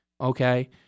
Okay